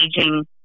aging